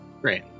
great